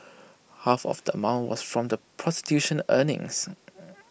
half of that mount was from the prostitution earnings